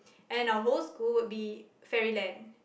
and our whole school will be fairy land